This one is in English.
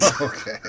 Okay